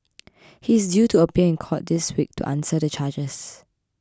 he is due to appear in court this week to answer the charges